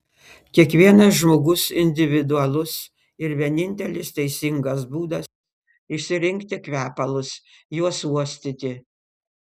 kiekvienas žmogus individualus ir vienintelis teisingas būdas išsirinkti kvepalus juos uostyti